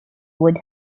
wood